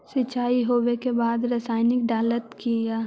सीचाई हो बे के बाद रसायनिक डालयत किया?